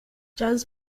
jazz